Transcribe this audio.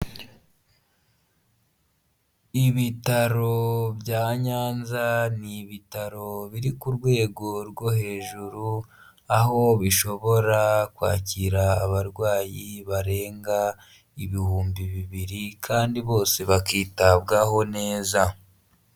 Ibitaro bya Nyanza ni ibitaro biri ku rwego rwo hejuru aho bishobora kwakira abarwayi barenga ibihumbi bibiri kandi bose bakitabwaho neza.